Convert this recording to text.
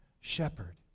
shepherd